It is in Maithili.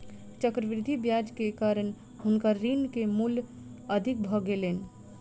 चक्रवृद्धि ब्याज के कारण हुनकर ऋण के मूल अधिक भ गेलैन